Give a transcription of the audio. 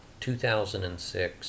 2006